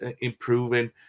improving